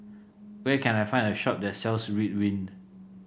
where can I find a shop that sells Ridwind